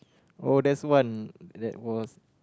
oh there's one that was